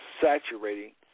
saturating